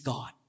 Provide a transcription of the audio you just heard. God